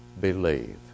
believe